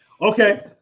Okay